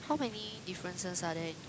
how many differences are there in to